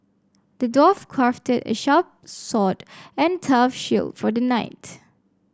the dwarf crafted a sharp sword and tough shield for the knight